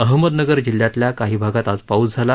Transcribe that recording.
अहमदनगर जिल्ह्यातल्या काही भागात आज पाऊस झाला